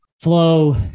flow